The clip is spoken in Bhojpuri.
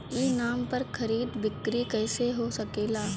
ई नाम पर खरीद बिक्री कैसे हो सकेला?